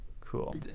cool